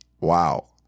Wow